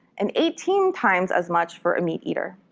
and eighteen times as much for a meat-eater.